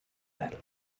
then